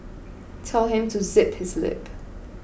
tell him to zip his lip